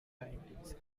paintings